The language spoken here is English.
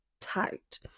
tight